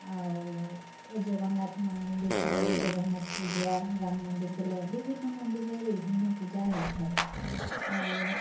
ଆଉ ଜଗନ୍ନାଥ ମନ୍ଦିରକୁ ଗଲେ ଜଗନ୍ନାଥ ପୂଜା ରାମ ମନ୍ଦିରକୁ ଗଲେ ବିଭିନ୍ନ ମନ୍ଦିରରେ ବିଭିନ୍ନ ପୂଜା ହେଇଥାଏ ଆଉ